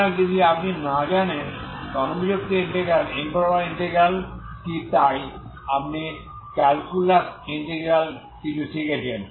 সুতরাং যদি আপনি না জানেন যে অনুপযুক্ত ইন্টেগ্রাল কি তাই আপনি ক্যালকুলাস ইন্টিগ্রাল কিছু শিখেছেন